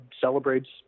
celebrates